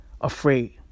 Afraid